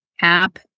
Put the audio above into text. app